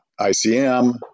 ICM